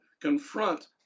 confront